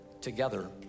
together